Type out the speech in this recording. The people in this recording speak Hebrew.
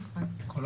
נכון.